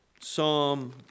Psalm